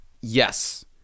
yes